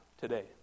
today